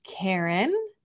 Karen